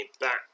back